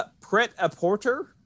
Pret-a-porter